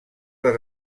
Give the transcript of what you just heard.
les